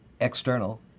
external